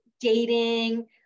dating